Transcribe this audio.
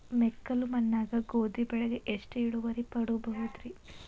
ಮೆಕ್ಕಲು ಮಣ್ಣಾಗ ಗೋಧಿ ಬೆಳಿಗೆ ಎಷ್ಟ ಇಳುವರಿ ಪಡಿಬಹುದ್ರಿ?